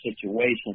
situation